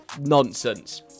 Nonsense